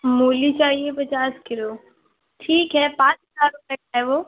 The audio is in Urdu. مولی چاہیے پچاس کلو ٹھیک ہے پانچ روپے کا ہے وہ